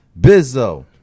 Bizzo